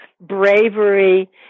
bravery